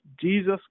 Jesus